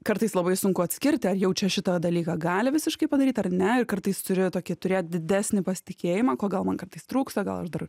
kartais labai sunku atskirti ar jau čia šitą dalyką gali visiškai padaryt ar ne ir kartais turi tokį turėt didesnį pasitikėjimą ko gal man kartais trūksta gal aš dar